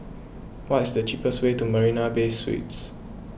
what is the cheapest way to Marina Bay Suites